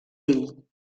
ell